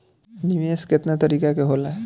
निवेस केतना तरीका के होला?